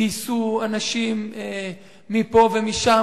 גייסו אנשים מפה ומשם.